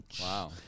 Wow